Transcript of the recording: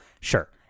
Sure